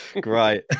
Great